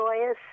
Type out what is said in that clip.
joyous